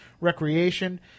recreation